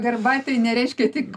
pagarba tai nereiškė tik